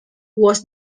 was